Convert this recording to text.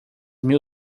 mil